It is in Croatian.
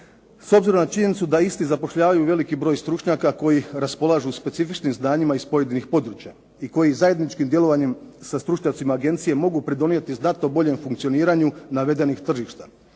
s obzirom na činjenicu da isti zapošljavaju veliki broj stručnjaka koji raspolažu specifičnim znanjima iz pojedinih područja i koji zajedničkim djelovanjem sa stručnjacima agencije mogu pridonijeti znatno boljem funkcioniranju navedenih tržišta.